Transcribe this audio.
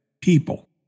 people